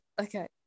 okay